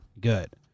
good